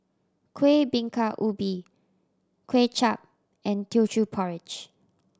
Kuih Bingka Ubi Kuay Chap and Teochew Porridge